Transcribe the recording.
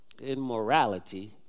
immorality